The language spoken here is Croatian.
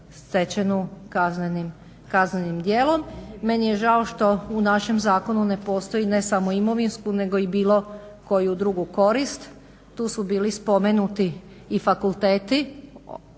stečenu kaznenim djelom. Meni je žao što u našem zakonu ne postoji ne samo imovinsku, nego i bilo koju drugu korist. Tu su bili spomenuti i fakulteti.